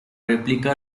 replica